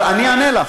אני אענה לך.